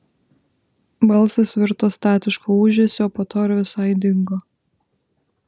balsas virto statišku ūžesiu o po to ir visai dingo